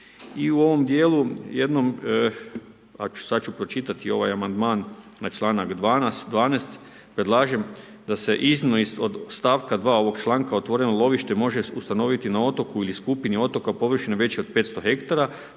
i u ovom dijelu, jednom, sada ću pročitati ovaj amandman na čl. 12. predlažem da se izmjene od stavka 2. ovog članka otvoreno lovište može ustanoviti na otoku ili skupini otoka površinom većem od 500 hektara